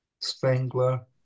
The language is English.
Spengler